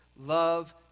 love